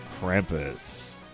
Krampus